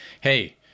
Hey